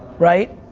right?